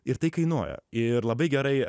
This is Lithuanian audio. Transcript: ir tai kainuoja ir labai gerai